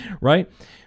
Right